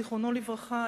זיכרונו לברכה,